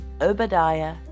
Obadiah